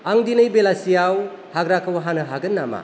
आं दिनै बेलासिआव हाग्राखौ हानो हागोन नामा